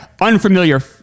unfamiliar